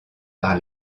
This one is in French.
par